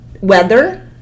weather